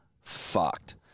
fucked